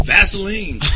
Vaseline